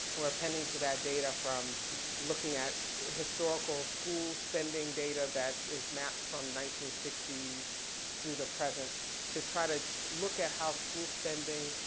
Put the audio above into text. we're appending to that data from looking at historical school spending data that is mapped from nineteen sixty s through the present to try to look at how school spending,